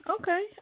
Okay